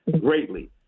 greatly